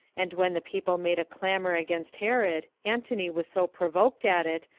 and when the people made a clamor against herod, antony was so provoked at it,